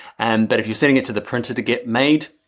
and but if you're sending it to the printer to get made.